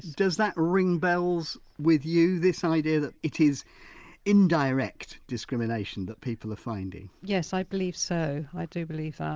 does that ring bells with you, this idea that it is indirect discrimination that people are finding? yes i believe so, i do believe that.